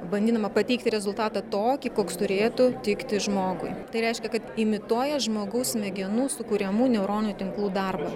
bandydama pateikti rezultatą tokį koks turėtų tikti žmogui tai reiškia kad imituoja žmogaus smegenų sukuriamų neuroninių tinklų darbą